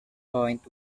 point